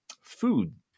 food